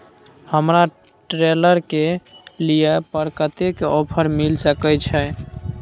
हमरा ट्रेलर के लिए पर कतेक के ऑफर मिलय सके छै?